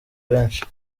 benshi